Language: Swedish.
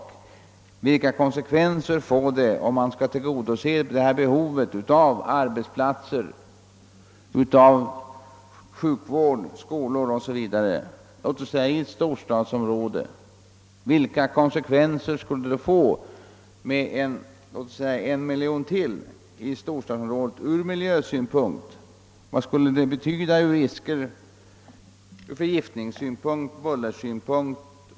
Vi kan i stället fråga vilka konsekvenser det får att tillgodose dessa behov av arbetsplatser, skolor, sjukhus o. s. v. i ett storstadsområde. Vilka konsekvenser för det med sig att få en miljon människor ytterligare till ett storstadsområde? Vad betyder det ur miljö-, förgiftningsoch bullersynpunkt?